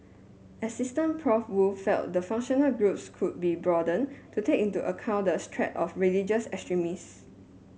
asst Prof Woo felt the functional groups could be broadened to take into account the threat of religious